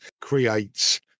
creates